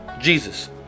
Jesus